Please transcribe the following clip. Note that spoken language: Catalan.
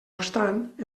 obstant